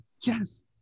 Yes